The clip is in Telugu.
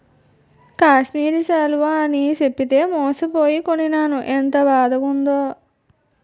కాశ్మీరి శాలువ అని చెప్పితే మోసపోయి కొనీనాను ఎంత బాదగుందో